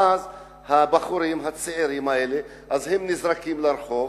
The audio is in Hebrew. ואז הבחורים הצעירים האלה נזרקים לרחוב,